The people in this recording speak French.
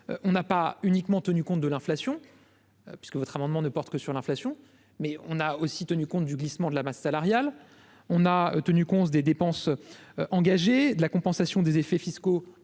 on n'a pas uniquement tenu compte de l'inflation, puisque votre amendement ne porte que sur l'inflation, mais on a aussi tenu compte du glissement de la masse salariale, on a tenu compte des dépenses engagées de la compensation des effets fiscaux